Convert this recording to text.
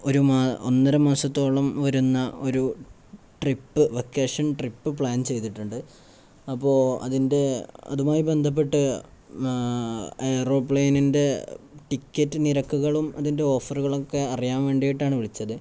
ഒരു ഒന്നര മാസത്തോളം വരുന്ന ഒരു ട്രിപ്പ് വെക്കേഷൻ ട്രിപ്പ് പ്ലാൻ ചെയ്തിട്ടുണ്ട് അപ്പോള് അതിൻ്റെ അതുമായി ബന്ധപ്പെട്ട് ഏറോപ്ലേനിൻ്റെ ടിക്കറ്റ് നിരക്കുകളും അതിൻ്റെ ഓഫറുകളൊക്കെ അറിയാൻ വേണ്ടിയിട്ടാണു വിളിച്ചത്